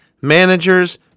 managers